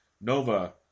Nova